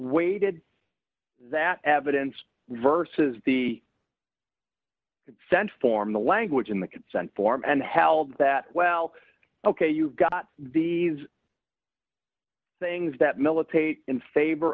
weighted that evidence versus the consent form the language in the consent form and held that well ok you've got these things that militate in favor